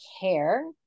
care